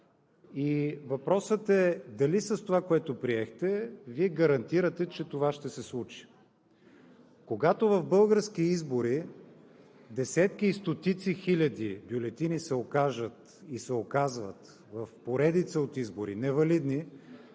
Въпросът е: дали с онова, което приехте, Вие гарантирате, че това ще се случи? Когато в български избори десетки и стотици хиляди бюлетини се окажат, и се оказват в поредица от избори невалидни,